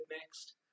next